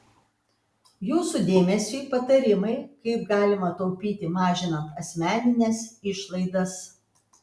jūsų dėmesiui patarimai kaip galima taupyti mažinant asmenines išlaidas